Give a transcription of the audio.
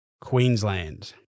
Queensland